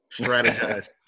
strategize